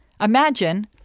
Imagine